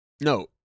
No